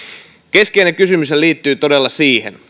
keskeinen kysymyshän liittyy todella siihen